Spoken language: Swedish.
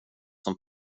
som